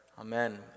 Amen